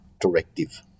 directive